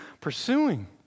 pursuing